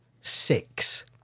six